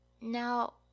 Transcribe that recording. Now